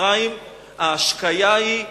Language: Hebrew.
במצרים ההשקיה היא,